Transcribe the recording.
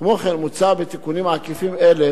כמו כן, מוצע בתיקונים עקיפים אלה